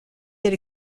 yet